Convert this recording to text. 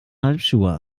halbschuhe